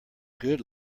good